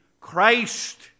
Christ